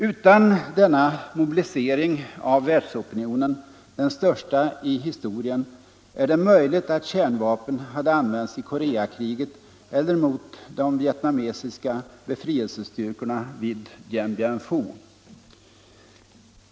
Utan denna mobilisering av världsopinionen, den största i historien, är det möjligt att kärnvapen hade använts i Koreakriget eller mot de vietnamesiska befrielsestyrkorna vid Dien Bien Phu.